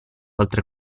oltre